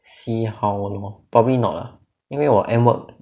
see how lah probably not lah 因为我 end work